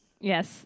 Yes